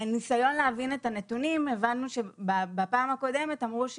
מהניסיון להבין את הנתונים, בפעם הקודמת אמרו,